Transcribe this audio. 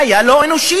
חיה לא אנושית.